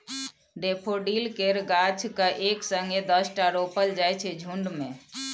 daffodil केर गाछ केँ एक संगे दसटा रोपल जाइ छै झुण्ड मे